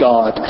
God